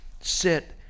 Sit